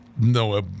no